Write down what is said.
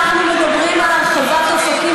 חבר הכנסת איציק שמולי.